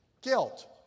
guilt